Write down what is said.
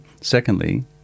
Secondly